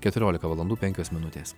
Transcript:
keturiolika valandų penkios minutės